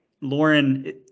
Lauren